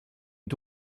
une